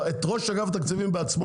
אלא את ראש אגף התקציבים בעצמו,